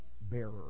bearer